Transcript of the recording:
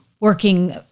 working